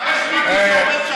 אדוני היושב-ראש.